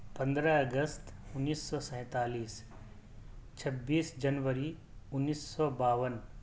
پندرہ اگست انیس سو سینتالیس چھبیس جنوری انیس سو باون